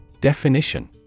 Definition